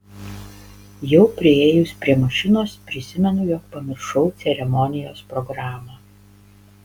jau priėjus prie mašinos prisimenu jog pamiršau ceremonijos programą